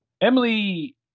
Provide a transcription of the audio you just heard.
emily